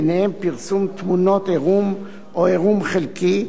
בהם פרסום תמונות עירום או עירום חלקי,